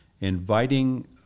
inviting